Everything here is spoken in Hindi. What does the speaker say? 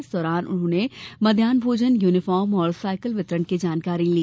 इस दौरान उन्होंने मध्यान्ह भोजन यूनिफार्म और सायकल वितरण की जानकारी ली